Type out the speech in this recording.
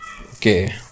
okay